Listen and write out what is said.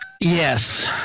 Yes